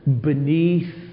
beneath